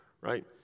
Right